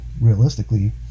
realistically